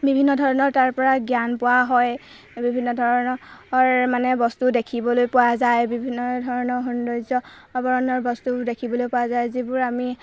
বিভিন্ন ধৰণৰ তাৰপৰা জ্ঞান পোৱা হয় বিভিন্ন ধৰণৰ মানে বস্তু দেখিবলৈ পোৱা যায় বিভিন্ন ধৰণৰ সৌন্দৰ্য বৰণৰ বস্তু দেখিবলৈ পোৱা যায় যিবোৰ আমি